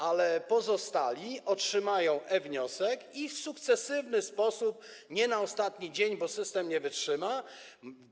Ale pozostali otrzymają e-wniosek i w sukcesywny sposób, nie na ostatni dzień, bo system nie wytrzyma.